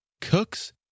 cooks